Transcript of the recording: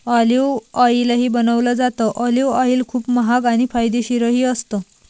olive ऑईलही बनवलं जातं, ऑलिव्ह ऑईल खूप महाग आणि फायदेशीरही असतं